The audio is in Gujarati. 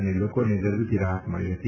અને લોકોને ગરમીથી રાહત મળી હતી